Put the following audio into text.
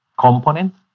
component